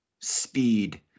speed